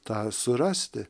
tą surasti